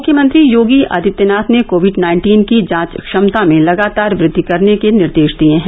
मुख्यमंत्री योगी आदित्यनाथ ने Covid nineteen की जांच क्षमता में लगातार वृद्वि करने के निर्देश दिए हैं